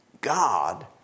God